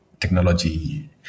technology